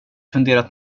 funderat